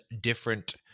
different